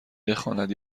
بخواند